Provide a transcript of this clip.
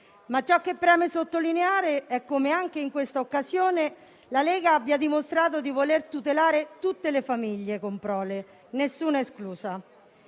Ciò che preme però sottolineare è come, anche in questa occasione, la Lega abbia dimostrato di voler tutelare tutte le famiglie con prole, nessuna esclusa,